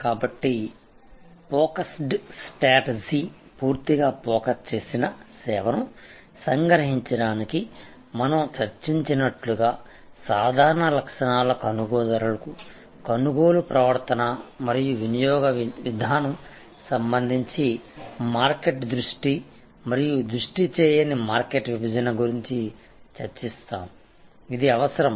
కాబట్టి focused strategy పూర్తిగా focus చేసిన సేవను సంగ్రహించడానికి మనం చర్చించినట్లుగా సాధారణ లక్షణాల కొనుగోలుదారులకు కొనుగోలు ప్రవర్తన మరియు వినియోగ విధానం సంబంధించి మార్కెట్ దృష్టి మరియు దృష్టి చేయని మార్కెట్ విభజన గురించి చర్చిస్తాము ఇది అవసరం